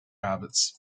habits